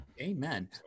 Amen